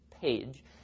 page